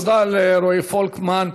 תודה לרועי פולקמן.